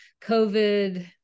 COVID